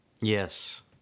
Yes